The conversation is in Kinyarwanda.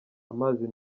amazi